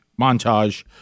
Montage